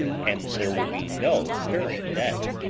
and there will be no stirring then.